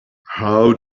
how